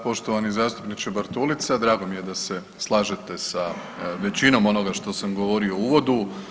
Poštovani zastupniče Bartulica drago mi je da se slažete sa većinom onoga što sam govorio u uvodu.